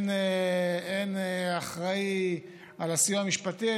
אין אחראי על הסיוע המשפטי,